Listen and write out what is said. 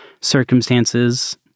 circumstances